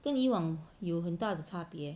跟以往有很大的差别